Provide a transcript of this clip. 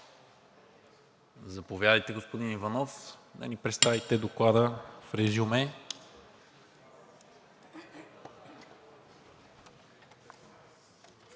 заповядайте, господин Иванов, да ни представите Доклада в резюме.